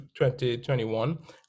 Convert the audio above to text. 2021